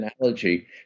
analogy